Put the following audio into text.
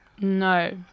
No